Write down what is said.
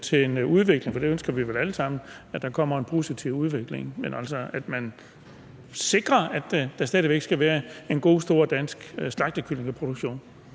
til en udvikling. For vi ønsker vel alle sammen, at der kommer en positiv udvikling, men man skal også sikre, at der stadig væk skal være en god, stor dansk slagtekyllingeproduktion.